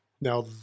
now